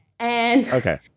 Okay